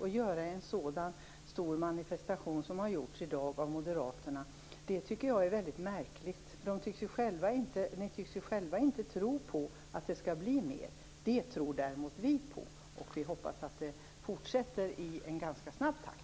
Att göra en så stor manifestation av avveckling av ett kärnkraftverk som moderaterna gjort i dag är väldigt märkligt. De tycks inte själva tro på att det skall bli mer avveckling. Det tror däremot vi på, och vi hoppas att det fortsätter i en ganska snabb takt.